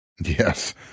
Yes